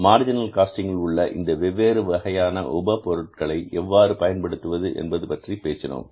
marginal costing உள்ள இந்த வெவ்வேறு வகையான உப பொருட்களை எவ்வாறு பயன்படுத்துவது என்பது பற்றி பேசினோம்